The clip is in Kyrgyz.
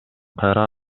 кайра